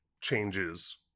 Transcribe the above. changes